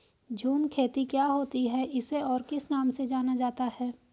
झूम खेती क्या होती है इसे और किस नाम से जाना जाता है?